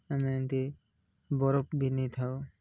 ଆମେ ଏମିତି ବରଫ ବି ନେଇଥାଉ